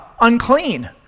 unclean